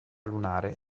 lunare